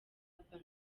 urban